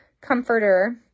comforter